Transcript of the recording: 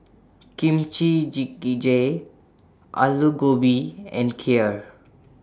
Kimchi Jjigae Alu Gobi and Kheer